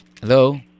Hello